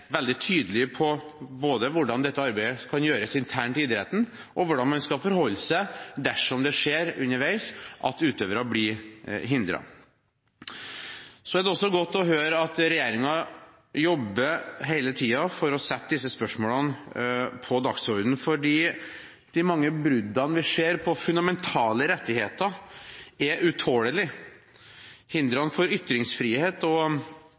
veldig tydelig på både hvordan dette arbeidet kan gjøres internt i idretten, og hvordan man skal forholde seg dersom det skjer underveis at utøvere blir hindret. Det er også godt å høre at regjeringen hele tiden jobber for å sette disse spørsmålene på dagsordenen, for de mange bruddene vi ser på fundamentale rettigheter, er utålelige. Hindrene for ytringsfrihet og